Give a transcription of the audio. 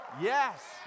yes